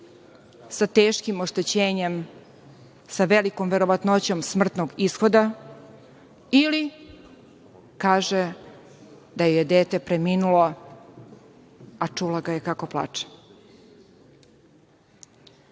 sa teškim oštećenjem, sa velikom verovatnoćom smrtnog ishoda ili kaže da joj je dete preminulo, a čula ga je kako plače. Sama